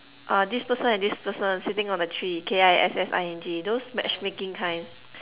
uh this person and this person sitting on a tree K_I_S_S_I_N_G those matchmaking kind